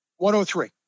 103